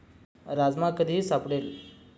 राजमा कधीही सापडेल